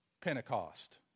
Pentecost